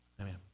Amen